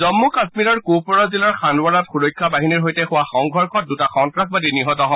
জম্মু কাম্মীৰৰ কুপৱাৰা জিলাৰ হাগুৱাৰাত সুৰক্ষা বাহিনীৰ সৈতে হোৱা সংঘৰ্ষত দুটা সন্তাসবাদী নিহত হয়